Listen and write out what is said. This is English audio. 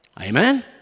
Amen